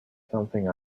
something